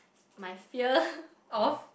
my fear of